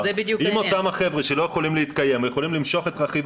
אם אותם חבר'ה שלא יכולים להתקיים יכולים למשוך את רכיב